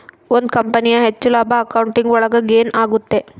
ಒಂದ್ ಕಂಪನಿಯ ಹೆಚ್ಚು ಲಾಭ ಅಕೌಂಟಿಂಗ್ ಒಳಗ ಗೇನ್ ಆಗುತ್ತೆ